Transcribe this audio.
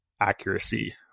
accuracy